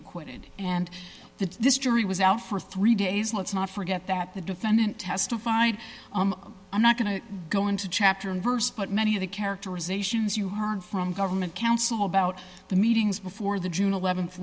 acquitted and that this jury was out for three days let's not forget that the defendant testified i'm not going to go into chapter and verse but many of the characterizations you heard from government counsel about the meetings before the june